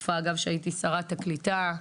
בתקופה אגב שהייתי שרת הקליטה,